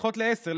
לדחות ל-10:00,